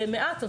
מעט,